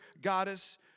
goddess